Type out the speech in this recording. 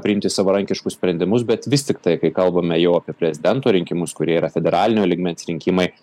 priimti savarankiškus sprendimus bet vis tiktai kai kalbame jau apie prezidento rinkimus kurie yra federalinio lygmens rinkimai